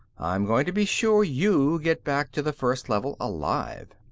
i'm going to be sure you get back to the first level alive.